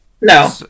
no